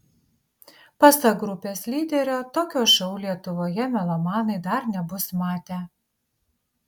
pasak grupės lyderio tokio šou lietuvoje melomanai dar nebus matę